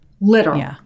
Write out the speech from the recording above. literal